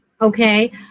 okay